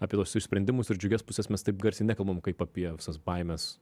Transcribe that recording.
apie tuos išsprendimus ir džiugias pusės mes taip garsiai nekalbam kaip apie visas baimes